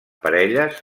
parelles